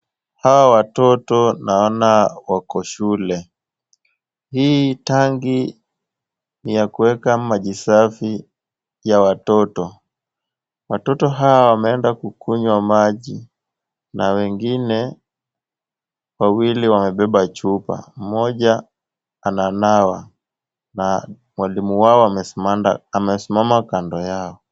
Hao watoto naona wako shule. Hii tangi ni ya kueka maji safi ya watoto. Watoto hao wameenda kukunywa maji na wengine wawili wamebeba chupa. Mmoja ananawa na mwalimu wao amesimama kando yao.